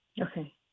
okay